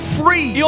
free